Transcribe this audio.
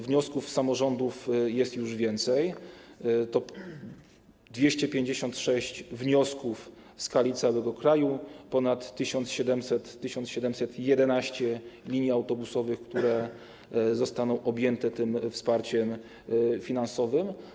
Wniosków z samorządów jest już więcej, to 256 wniosków w skali całego kraju, ponad 1711 linii autobusowych, które zostaną objęte tym wsparciem finansowym.